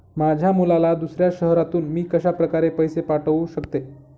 माझ्या मुलाला दुसऱ्या शहरातून मी कशाप्रकारे पैसे पाठवू शकते?